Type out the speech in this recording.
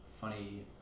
funny